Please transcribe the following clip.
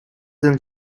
than